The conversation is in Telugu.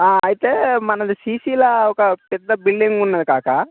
అయితే మనది సీసీలో ఒక పెద్ద బిల్డింగ్ ఉన్నది కాకా